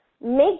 make